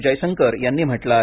जयशंकर यांनी म्हटलं आहे